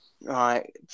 right